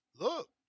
Look